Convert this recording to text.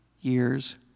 years